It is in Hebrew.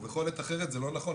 'בכל עת אחרת' זה לא נכון,